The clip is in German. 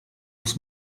muss